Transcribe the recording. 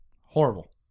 Horrible